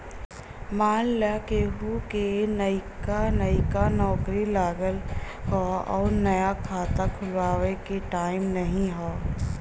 मान ला केहू क नइका नइका नौकरी लगल हौ अउर नया खाता खुल्वावे के टाइम नाही हौ